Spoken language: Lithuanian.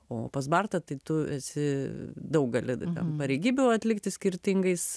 o pas bartą tai tu esi daug gali ten pareigybių atlikti skirtingais